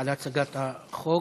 על הצגת החוק.